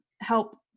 help